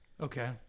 Okay